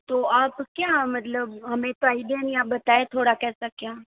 तो आप क्या मतलब हमें तो आइडिया नहीं है आप बताएं थोड़ा कैसा क्या